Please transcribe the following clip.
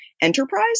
Enterprise